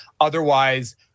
Otherwise